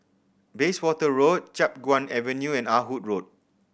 Bayswater Road Chiap Guan Avenue and Ah Hood Road